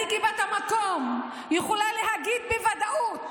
אני, כבת המקום, יכולה לספר בוודאות